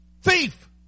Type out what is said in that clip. thief